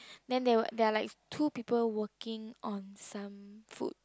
then there were there are like two people working on some food